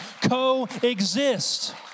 coexist